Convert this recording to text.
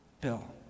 Bill